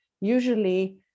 usually